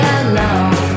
alone